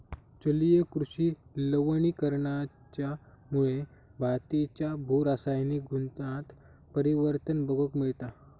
जलीय कृषि लवणीकरणाच्यामुळे मातीच्या भू रासायनिक गुणांत परिवर्तन बघूक मिळता